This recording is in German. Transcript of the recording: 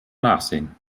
nachsehen